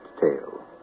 tale